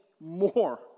more